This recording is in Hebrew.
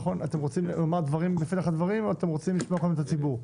אתם רוצים לומר דברים בפתח הדברים או שאתם רוצים לשמוע קודם את הציבור?